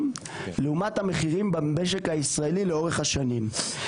לעומת המחירים במשק הישראלי לאורך השנים.